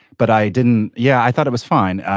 but i didn't. yeah i thought it was fine.